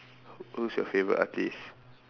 who's your favorite artiste